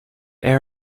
air